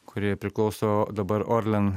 kuriai priklauso dabar orlen